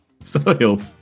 soil